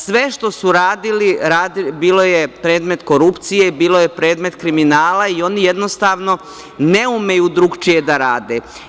Sve što su radili, bio je predmet korupcije, kriminala i oni jednostavno ne umeju drugačije da rade.